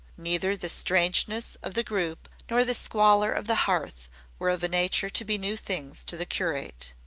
neither the strangeness of the group nor the squalor of the hearth were of a nature to be new things to the curate.